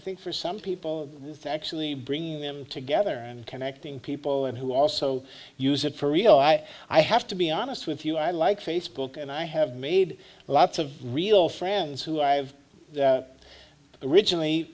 think for some people actually bringing them together and connecting people and who also use it for real i i have to be honest with you i like facebook and i have made lots of real friends who i have originally